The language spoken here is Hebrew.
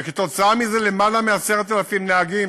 וכתוצאה מזה למעלה מ-10,000 נהגים,